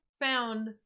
found